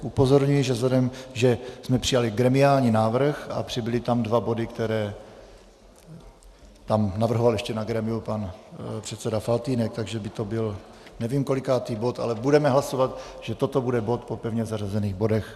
Upozorňuji, že jsme přijali gremiální návrh a přibyly tam dva body, které tam navrhoval ještě na grémiu pan předseda Faltýnek, takže by to byl nevím kolikátý bod, ale budeme hlasovat, že toto bude bod po pevně zařazených bodech.